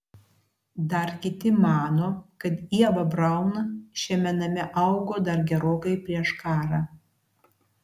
dar kiti mano kad ieva braun šiame name augo dar gerokai prieš karą